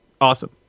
awesome